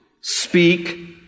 speak